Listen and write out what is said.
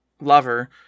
lover